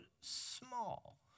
small